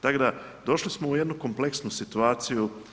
Tako da, došli smo u jednu kompleksnu situaciju.